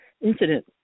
Incident